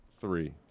Three